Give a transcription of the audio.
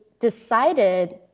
Decided